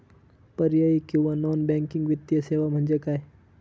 पर्यायी किंवा non banking वित्तीय सेवा म्हणजे काय?